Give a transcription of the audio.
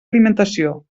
alimentació